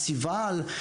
אסיוול,